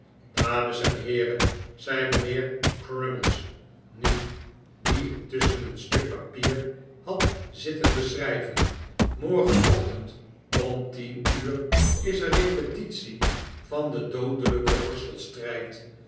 dames en heeren zei mijnheer crummies nu die intusschen een stuk papier had zitten beschrijven morgenochtend om tien uur is er repetitie van de